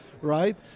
right